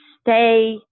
stay